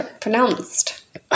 pronounced